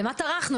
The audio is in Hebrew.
למה טרחנו?